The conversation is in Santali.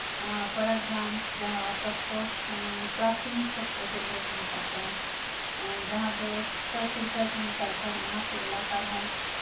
ᱯᱟᱲᱟ ᱜᱮᱨᱟᱢ ᱡᱟᱦᱟᱸ ᱥᱟᱥᱛᱷᱚ ᱯᱨᱟᱛᱷᱚᱢᱤᱠ ᱥᱟᱥᱛᱷᱚ ᱠᱮᱱᱫᱽᱨᱚ ᱠᱚ ᱢᱮᱛᱟᱜ ᱠᱟᱱ ᱡᱟᱦᱟᱸ ᱫᱚ ᱥᱟᱵ ᱥᱮᱱᱴᱟᱨ ᱠᱚ ᱢᱮᱛᱟᱜ ᱠᱟᱱ ᱚᱱᱟ ᱠᱚ ᱮᱞᱟᱠᱟᱨᱮ ᱦᱚᱸ